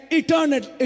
eternal